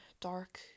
dark